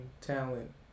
talent